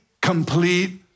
complete